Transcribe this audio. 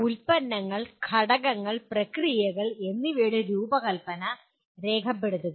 ഉൽപ്പന്നങ്ങൾ ഘടകങ്ങൾ പ്രക്രിയകൾ എന്നിവയുടെ രൂപകൽപ്പന രേഖപ്പെടുത്തുക